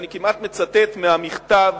ואני כמעט מצטט מהמכתב